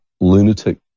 lunatic